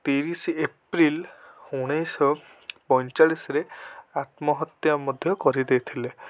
ତିରିଶ ଏପ୍ରିଲ ଉଣେଇଶହ ପଇଁଚାଳିଶରେ ଆତ୍ମହତ୍ୟା ମଧ୍ୟ କରିଦେଇଥିଲେ